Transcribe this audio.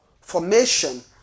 formation